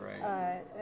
right